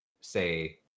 say